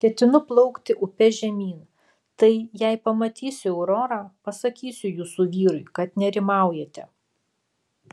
ketinu plaukti upe žemyn tai jei pamatysiu aurorą pasakysiu jūsų vyrui kad nerimaujate